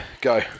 Go